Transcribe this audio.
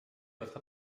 votre